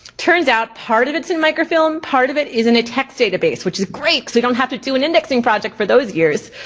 turns out part of it's in microfilm, part of it is in a text database. which is great, cause we don't have to do an indexing project for those years.